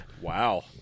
Wow